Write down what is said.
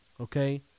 okay